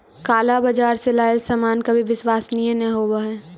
काला बाजार से लेइल सामान कभी विश्वसनीय न होवअ हई